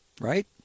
right